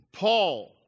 Paul